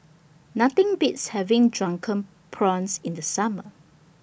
Nothing Beats having Drunken Prawns in The Summer